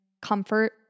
comfort